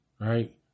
right